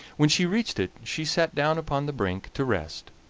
when she reached it she sat down upon the brink to rest,